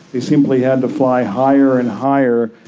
they simply had to fly higher and higher,